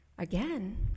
again